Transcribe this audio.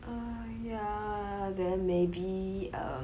uh yeah then maybe um